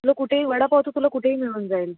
तुला कुठेही वडापाव तर तुला कुठेही मिळून जाईल